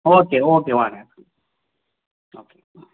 okay okay வாங்க okay ம்